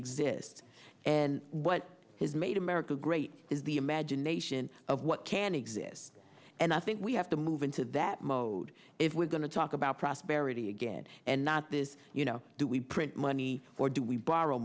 exist and what has made america great is the imagination of what can exist and i think we have to move into that mode if we're going to talk about prosperity again and not this you know do we print money or do we borrow